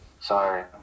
sorry